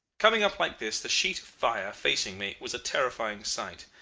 coming up like this, the sheet of fire facing me, was a terrifying sight,